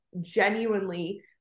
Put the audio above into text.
genuinely